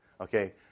Okay